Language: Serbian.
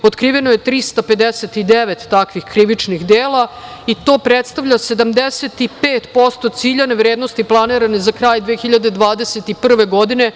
Otkriveno je 359 takvih krivičnih dela i to predstavlja 75% ciljane vrednosti planirane za kraj 2021. godine.